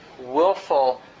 willful